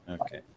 Okay